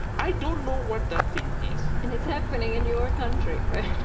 i don't know what that thing is and it's happening in your country, right?